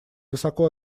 высоко